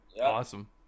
Awesome